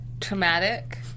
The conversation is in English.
traumatic